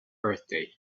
birthday